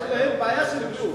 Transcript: יש בהם בעיה של בריאות.